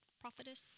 prophetess